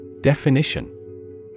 Definition